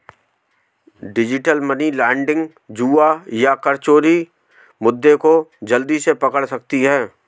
digital money laundering, जुआ या कर चोरी मुद्दे को जल्दी से पकड़ सकती है